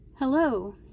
Hello